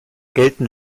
gelten